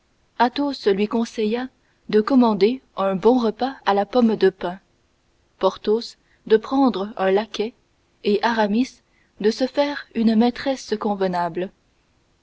pistoles athos lui conseilla de commander un bon repas à la pomme de pin porthos de prendre un laquais et aramis de se faire une maîtresse convenable